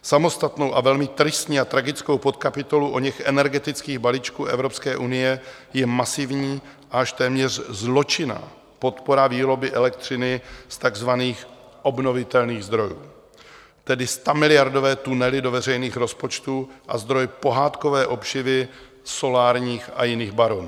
Samostatnou a velmi tristní a tragickou podkapitolou oněch energetických balíčků Evropské unie je masivní až téměř zločinná podpora výroby elektřiny z takzvaných obnovitelných zdrojů, tedy stamilionové tunely do veřejných rozpočtů a zdroj pohádkové obživy solárních a jiných baronů.